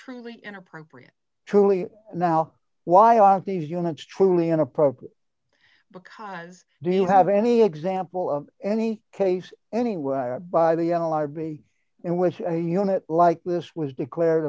truly inappropriate truly now why are these units truly inappropriate because do you have any example of any case anywhere by the analyzer be it was a unit like this was declared